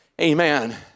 Amen